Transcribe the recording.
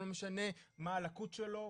לא משנה מה הלקות שלו,